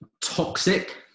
toxic